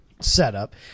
setup